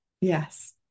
Yes